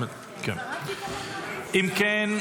אם כן,